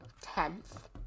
tenth